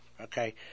okay